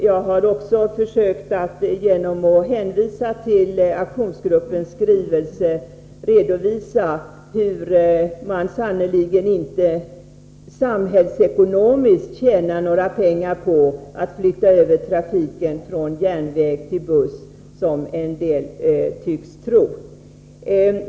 Jag har också, genom att hänvisa till aktionsgruppens skrivelse, försökt att redovisa att man sannerligen inte samhällsekonomiskt tjänar några pengar på att flytta över trafiken från järnväg till buss, som en del tycks tro.